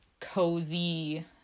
cozy